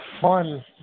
fun